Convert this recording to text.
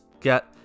Get